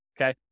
okay